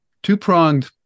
two-pronged